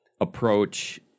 approach